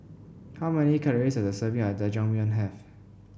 how many calories does a serving of Jajangmyeon have